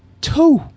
Two